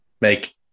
make